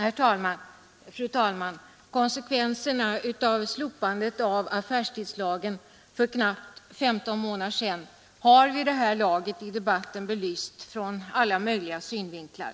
Fru talman! Konsekvenserna av slopandet av affärstidslagen för knappt 15 månader sedan har vid det här laget belysts ur alla möjliga synvinklar.